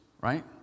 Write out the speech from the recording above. right